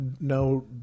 no